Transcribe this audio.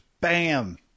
Bam